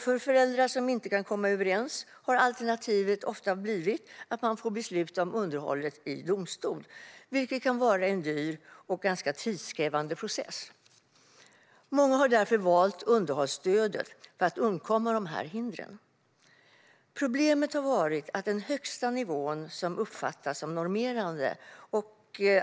För föräldrar som inte kan komma överens har alternativet ofta blivit att man får besluta om underhållet i domstol, vilket kan vara en dyr och ganska tidskrävande process. Många har därför valt underhållsstödet för att undkomma dessa hinder. Problemet har varit att den högsta nivån har uppfattats som normerande.